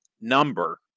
number